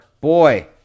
boy